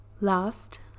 Last